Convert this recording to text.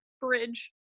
bridge